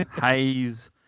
haze